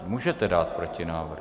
Můžete dát protinávrh.